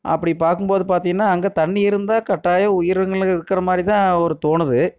அப்படி பார்க்கும்போது பார்த்திங்கனா அங்கே தண்ணி இருந்தால் கட்டாயம் உயிரினங்கள் இருக்கிற மாதிரி தான் ஒரு தோணுது